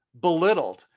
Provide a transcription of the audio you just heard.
belittled